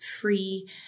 free